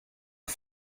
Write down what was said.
der